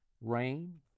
Rain